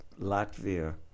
Latvia